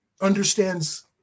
understands